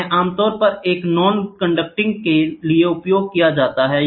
यह आमतौर पर एक नॉन कंडक्टिंग के लिए उपयोग किया जाता है